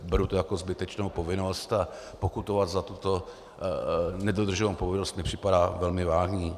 Beru to jako zbytečnou povinnost a pokutovat za tuto nedodrženou povinnost mi připadá velmi vágní.